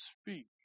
speak